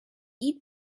eat